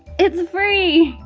it's free,